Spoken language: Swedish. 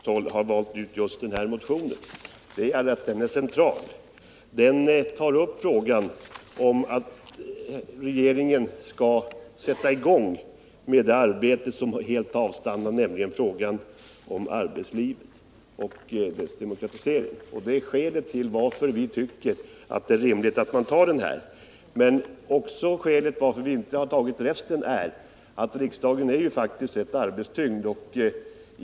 Herr talman! Skälet till att vi från socialdemokratiskt håll har valt ut just den här motionen är att den är central. Den tar upp frågan om att regeringen skall sätta i gång med det arbete som helt har avstannat, nämligen arbetet med en demokratisering av arbetslivet. Vi tycker därför att det är rimligt att undanta den motionen i det här sammanhanget. Skälet till att vi inte yrkat att de övriga motionerna i samma ärende skall undantas är att riksdagen faktiskt är mycket arbetstyngd just nu.